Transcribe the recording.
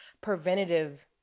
preventative